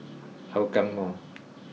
Hougang Mall